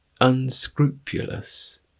unscrupulous